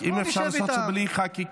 אם אפשר לעשות את זה בלי חקיקה,